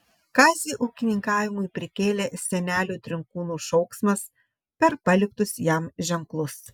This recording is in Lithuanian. kazį ūkininkavimui prikėlė senelių trinkūnų šauksmas per paliktus jam ženklus